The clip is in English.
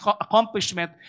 accomplishment